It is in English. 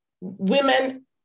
women